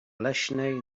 leśnej